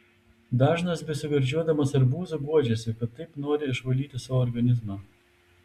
dažnas besigardžiuodamas arbūzu guodžiasi kad taip nori išvalyti savo organizmą